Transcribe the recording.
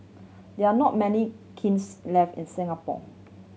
there are not many kilns left in Singapore